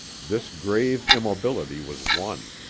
this grave immobility was one.